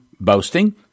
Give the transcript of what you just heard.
boasting